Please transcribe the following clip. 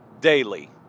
daily